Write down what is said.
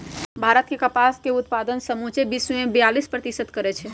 भारत मे कपास के उत्पादन समुचे विश्वके बेयालीस प्रतिशत करै छै